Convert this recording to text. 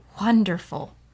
wonderful